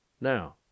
Now